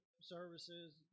services